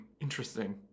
Interesting